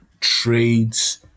Trades